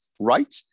right